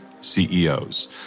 CEOs